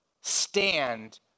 stand